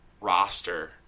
roster